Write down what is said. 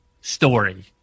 story